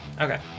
Okay